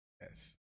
Yes